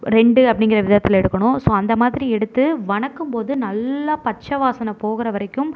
ரெண்டு அப்படிங்கற விதத்தில் எடுக்கணும் ஸோ அந்த மாதிரி எடுத்து வதக்கும் போது நல்லா பச்சை வாசனை போகிறவரைக்கும்